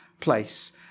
place